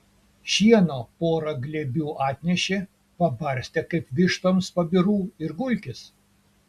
šieno pora glėbių atnešė pabarstė kaip vištoms pabirų ir gulkis